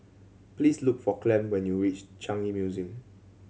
please look for Clem when you reach Changi Museum